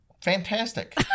Fantastic